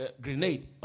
grenade